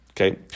Okay